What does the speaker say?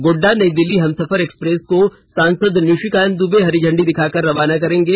Godda Nai Delhi Humsafar express को सांसद निशिकांत दूबे हरी झंडी दिखाकर रवाना करेंगे